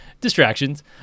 distractions